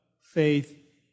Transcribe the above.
faith